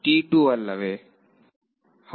ವಿದ್ಯಾರ್ಥಿ ಅಲ್ಲವೇ